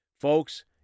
Folks